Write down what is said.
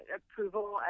approval